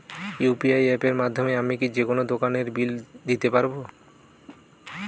UPI অ্যাপের মাধ্যমে আমি কি যেকোনো দোকানের বিল দিতে পারবো?